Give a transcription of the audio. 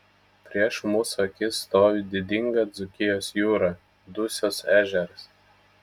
prieš mūsų akis stovi didinga dzūkijos jūra dusios ežeras